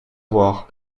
voir